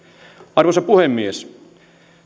arvoisa puhemies